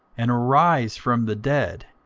and arise from the dead,